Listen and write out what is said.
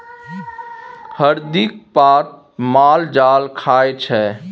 हरदिक पात माल जाल खाइ छै